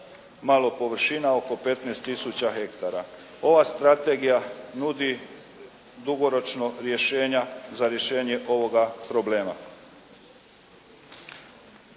malo površina, oko 15 tisuća hektara. Ova strategija nudi dugoročno rješenja za rješenje ovoga problema.